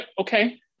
okay